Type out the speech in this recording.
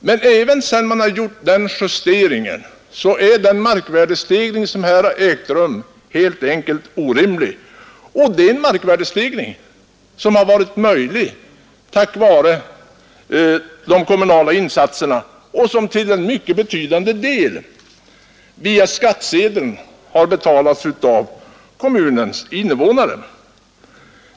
Men även sedan man gjort den justeringen är den markvärdestegring som här har ägt rum helt enkelt orimlig. Det är en markvärdestegring som har varit möjligt tack vare de kommunala insatserna och som till en mycket betydande del via skattsedeln har betalats av kommunens invånare.